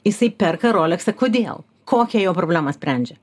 jisai perka roleksą kodėl kokią jo problemą sprendžia